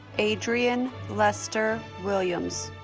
adrian lester williams